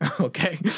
Okay